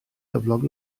cyflog